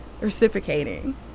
reciprocating